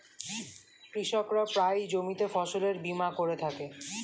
কৃষকরা প্রায়ই জমিতে ফসলের বীমা করে থাকে